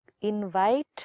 Invite